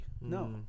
No